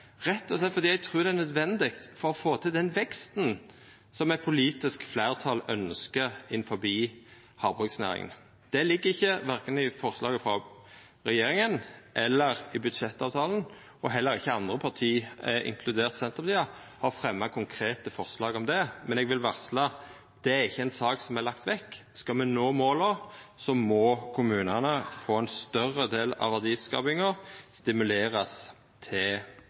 rett og slett fordi eg trur det er nødvendig for å få til den veksten som eit politisk fleirtal ønskjer innan havbruksnæringa. Det ligg ikkje verken i forslaget frå regjeringa eller i budsjettavtalen, og heller ikkje andre parti, inkludert Senterpartiet, har fremja konkrete forslag om det. Men eg vil varsla at det ikkje er ei sak som er lagd vekk. Skal me nå måla, må kommunane få ein større del av verdiskapinga og stimulerast til